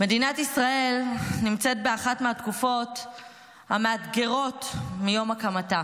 מדינת ישראל נמצאת באחת מהתקופות המאתגרות מיום הקמתה.